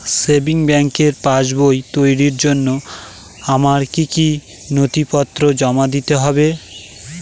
Savings ব্যাংকের পাসবই তৈরির জন্য আমার কি কি নথিপত্র জমা দিতে হবে?